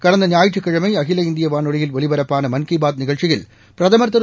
கடந்த ஞாயிற்றுக்கிழமை அகில இந்திய வானொலியில் ஒலிபரப்பான மன் கீ பாத் நிகழ்ச்சியில் பிரதமா் திரு